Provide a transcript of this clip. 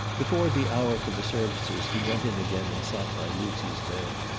before the hour for the services he went in again and sat by lucy's bed,